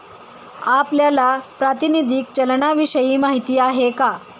आपल्याला प्रातिनिधिक चलनाविषयी माहिती आहे का?